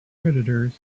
predators